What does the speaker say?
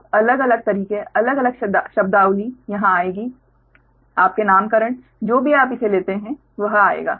आप अलग अलग तरीके अलग अलग शब्दावली यहाँ आएगी आपके नामकरण जो भी आप इसे लेते हैं वह आएगा